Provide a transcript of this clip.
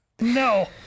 No